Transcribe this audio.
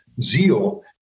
zeal